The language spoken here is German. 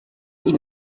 ihn